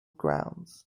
grounds